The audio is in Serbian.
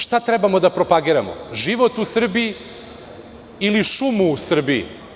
Šta trebamo da propagiramo – život u Srbiji ili šumu u Srbiji?